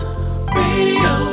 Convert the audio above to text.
Radio